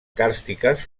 càrstiques